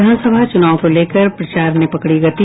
विधानसभा चुनाव को लेकर प्रचार ने पकड़ी गति